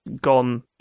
gone